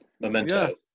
memento